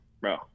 Bro